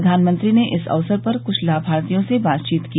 प्रधानमंत्री ने इस अवसर पर कुछ लाभार्थियों से बातचीत की